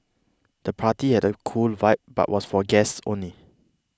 the party had a cool vibe but was for guests only